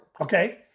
Okay